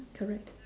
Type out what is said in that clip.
correct